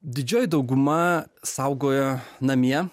didžioji dauguma saugojo namie